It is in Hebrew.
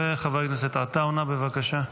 וחבר הכנסת עטאונה, בבקשה.